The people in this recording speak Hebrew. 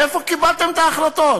מאיפה קיבלתם את ההחלטות?